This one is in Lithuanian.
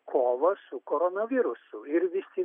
kova su koronavirusu ir visi